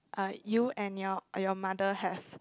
uh you and your your mother have